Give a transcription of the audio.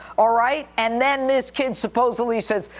alright, and then this kid supposedly says,